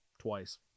twice